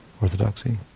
Orthodoxy